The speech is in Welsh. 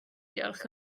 diolch